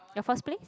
your first place